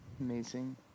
amazing